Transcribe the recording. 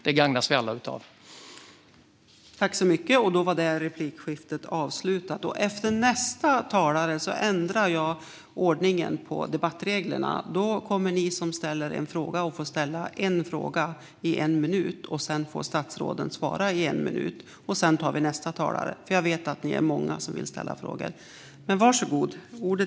Vi gagnas alla av detta.